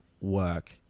work